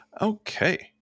Okay